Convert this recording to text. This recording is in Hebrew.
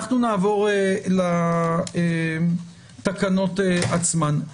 אנחנו נעבור לתקנות עצמן.